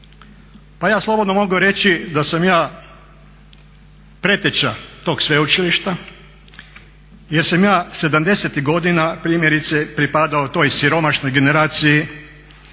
Pa ja slobodno mogu reći da sam ja preteča tog sveučilišta jer sam ja '70.-ih godina primjerice pripadao toj siromašnoj generaciji